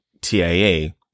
TIA